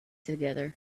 together